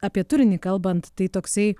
apie turinį kalbant tai toksai